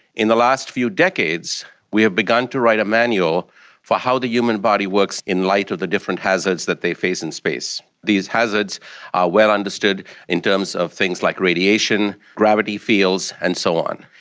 in the last few decades we have begun to write a manual for how the human body works in light of the different hazards that they face in space. these hazards are well understood in terms of things like radiation, gravity fields and so on.